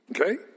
Okay